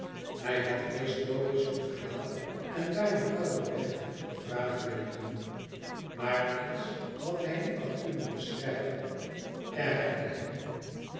hij had eerst logisch een verhaal en daarna kalmweg eene vraag willen doen maar iets wat hij niet had kunnen beschrijven ergerde hem